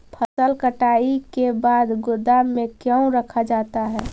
फसल कटाई के बाद गोदाम में क्यों रखा जाता है?